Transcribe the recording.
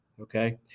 okay